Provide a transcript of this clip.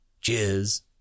Cheers